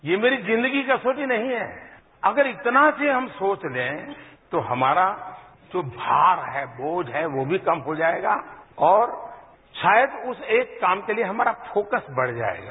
ये मेरी जिंदगी की कसौटी नहीं है अगर इतना सा हम सोच लें तो हमारा जो भार है बोझ है वो भी कम हो जाएगा और शायद उस एक काम के लिए हमारा फोकस बढ़ जाएगा